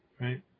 Right